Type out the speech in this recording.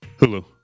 Hulu